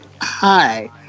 hi